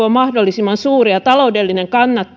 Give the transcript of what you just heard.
on mahdollisimman suuri ja taloudellinen